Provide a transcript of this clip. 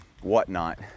whatnot